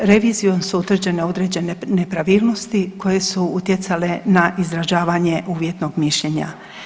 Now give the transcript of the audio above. Revizijom su utvrđene određene nepravilnosti koje su utjecale na izražavanje uvjetnog mišljenja.